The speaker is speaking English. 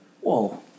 whoa